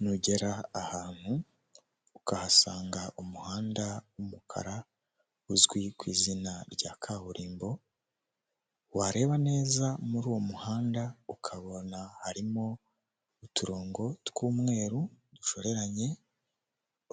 Nugera ahantu ukahasanga umuhanda w'umukara uzwi ku izina rya kaburimbo, wareba neza muri uwo muhanda ukabona harimo uturongo tw'umweru dushoranye,